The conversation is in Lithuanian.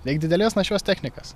reik didelės našios technikos